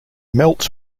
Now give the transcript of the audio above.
melts